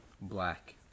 black